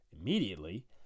immediately